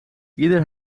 ieder